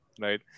right